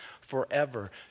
forever